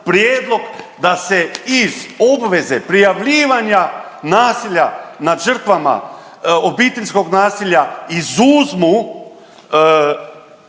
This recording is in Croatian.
prijedlog da se iz obveze prijavljivanja nasilja nad žrtvama obiteljskog nasilja izuzmu